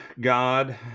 God